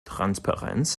transparenz